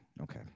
okay